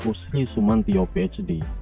so sri sumantyo, ph d,